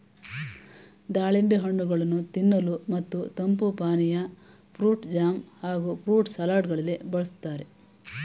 ದಾಳಿಂಬೆ ಹಣ್ಣುಗಳನ್ನು ತಿನ್ನಲು ಮತ್ತು ತಂಪು ಪಾನೀಯ, ಫ್ರೂಟ್ ಜಾಮ್ ಹಾಗೂ ಫ್ರೂಟ್ ಸಲಡ್ ಗಳಲ್ಲಿ ಬಳ್ಸತ್ತರೆ